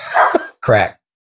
crack